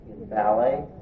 ballet